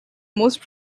most